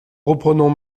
reprenons